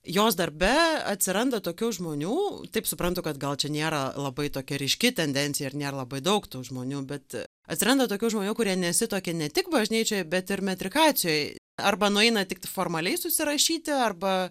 jos darbe atsiranda tokių žmonių taip suprantu kad gal čia nėra labai tokia ryški tendencija ir nėr labai daug žmonių bet atsiranda tokių žmonių kurie nesituokia ne tik bažnyčioj bet ir metrikacijoj arba nueina tiktai formaliai susirašyti arba